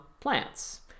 plants